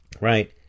right